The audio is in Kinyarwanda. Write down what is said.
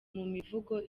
mivugo